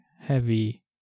heavy